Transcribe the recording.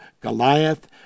Goliath